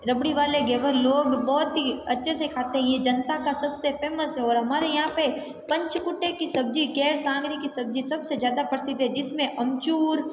रबड़ी वाले घेवर लोग बहुत ही अच्छे से खाते है ये जनता का सबसे फेमस है और हमारे यहाँ पे पंचकूटे की सब्जी केरसांगरे की सब्जी सबसे ज़्यादा प्रसिद्ध है जिसमे अमचूर